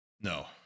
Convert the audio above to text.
No